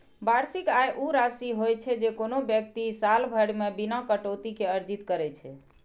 वार्षिक आय ऊ राशि होइ छै, जे कोनो व्यक्ति साल भरि मे बिना कटौती के अर्जित करै छै